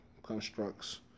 Constructs